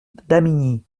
damigny